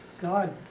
God